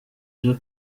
bya